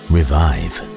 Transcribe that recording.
Revive